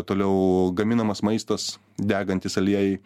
toliau gaminamas maistas degantys aliejai